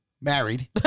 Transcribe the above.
married